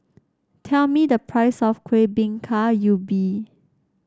tell me the price of Kuih Bingka Ubi